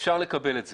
אפשר לקבל את זה,